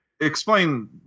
explain